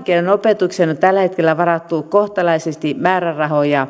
kielen opetukseen on tällä hetkellä varattu kohtalaisesti määrärahoja